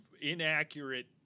inaccurate